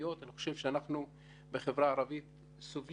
הנושא האחרון הוא דוחות